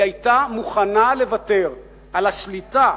היא היתה מוכנה לוותר על השליטה